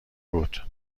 بود